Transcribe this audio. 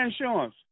insurance